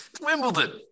Wimbledon